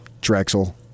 Drexel